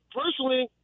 personally